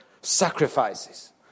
sacrifices